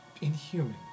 inhuman